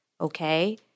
okay